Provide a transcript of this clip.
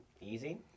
Easy